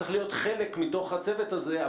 צריך להיות חלק מתוך הצוות הזה,